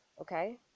Okay